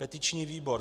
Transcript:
Petiční výbor